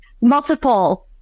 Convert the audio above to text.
multiple